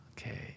okay